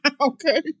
Okay